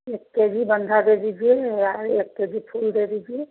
एक K G बन्धा दे दीजिए या एक के जी फूल दे दीजिए